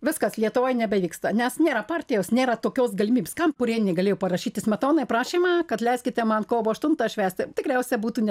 viskas lietuvoj nebevyksta nes nėra partijos nėra tokios galimybės kam purienė galėjo parašyti smetonai prašymą kad leiskite man kovo aštuntą švęsti tikriausiai būtų